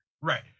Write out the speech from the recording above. Right